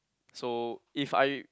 so if I